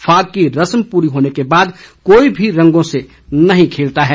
फाग की रस्म पूरी होने के बाद कोई भी रंगों से नहीं खेलता है